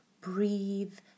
breathe